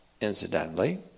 incidentally